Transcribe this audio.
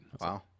Wow